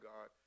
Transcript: God